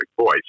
voice